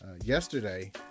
Yesterday